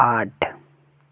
आठ